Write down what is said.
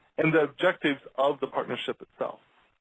and the objectives of the partnership itself.